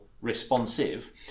responsive